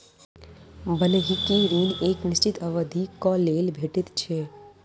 बन्हकी ऋण एक निश्चित अवधिक लेल भेटैत छै